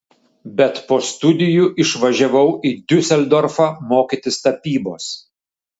bet po studijų išvažiavau į diuseldorfą mokytis tapybos